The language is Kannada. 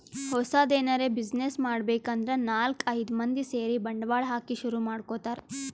ಹೊಸದ್ ಎನರೆ ಬ್ಯುಸಿನೆಸ್ ಮಾಡ್ಬೇಕ್ ಅಂದ್ರ ನಾಲ್ಕ್ ಐದ್ ಮಂದಿ ಸೇರಿ ಬಂಡವಾಳ ಹಾಕಿ ಶುರು ಮಾಡ್ಕೊತಾರ್